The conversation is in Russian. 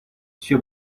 все